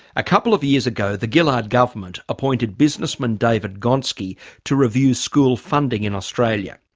a couple of years ago, the gillard government appointed businessman david gonski to review school funding in australia.